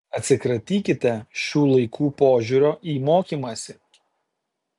atsikratykite šių laikų požiūrio į mokymąsi